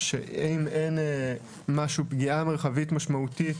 ואם אין פגיעה מרחבית משמעותית,